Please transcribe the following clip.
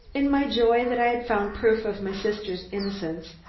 in my joy that i had found proof of my sister's innocence,